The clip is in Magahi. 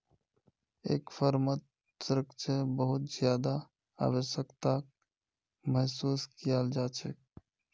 एक फर्मत सुरक्षा बहुत ज्यादा आवश्यकताक महसूस कियाल जा छेक